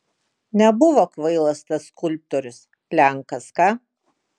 nebuvo kvailas tas skulptorius lenkas ką